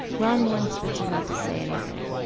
ron warned spitzer not to say anything,